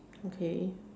okay